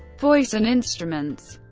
voice and instruments